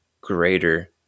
greater